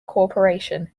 corporation